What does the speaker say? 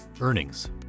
Earnings